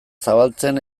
zabaltzen